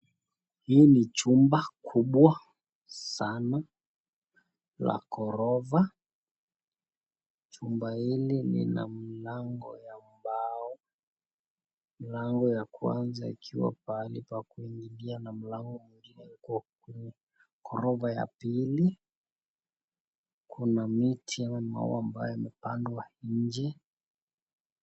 Hii ni jumba kubwa sana la ghorofa. Jumba hili lina mlango ya mbao, mlango ya kwanza ukiwa pahali pakuingilia na mlango mwengine uko kwenye ghorofa ya pili. Kuna miti ambayo imepandwa nje.